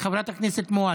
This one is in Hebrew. חברת הכנסת מואטי.